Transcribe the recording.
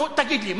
נו, תגיד לי.